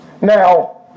Now